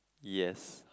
yes